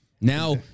now